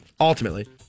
Ultimately